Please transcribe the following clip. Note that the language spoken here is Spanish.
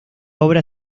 obra